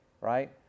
Right